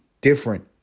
different